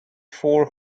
four